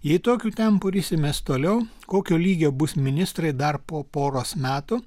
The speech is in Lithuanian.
jei tokiu tempu risimės toliau kokio lygio bus ministrai dar po poros metų